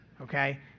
okay